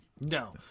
no